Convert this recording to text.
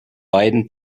beiden